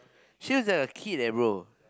she looks like a kid eh bro